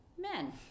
men